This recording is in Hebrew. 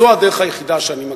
זו הדרך היחידה שאני מכיר.